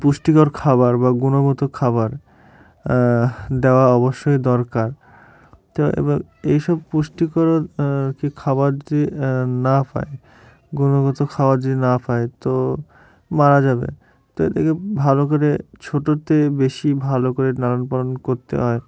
পুষ্টিকর খাবার বা গুণগত খাবার দেওয়া অবশ্যই দরকার তো এবার এসব পুষ্টিকর আর কি খাবার যদি না পায় গুণগত খাবার যদি না পায় তো মারা যাবে তো একে ভালো করে ছোটর থেকে বেশি ভালো করে লালন পালন করতে হয়